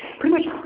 pretty much,